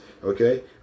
Okay